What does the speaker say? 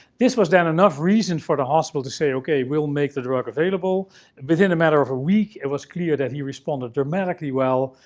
this was, then, enough reason for the hospital to say, okay, we'll make the drug available, and within the matter of a week it was clear that he responded dramatically well.